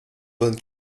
donne